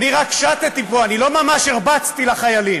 אני רק שטתי פה, אני לא ממש הרבצתי לחיילים.